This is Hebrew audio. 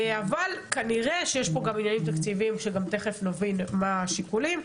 אבל כנראה שיש פה גם עניינים תקציביים שתיכף נבין מה השיקולים.